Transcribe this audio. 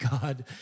God